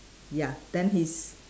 ya then his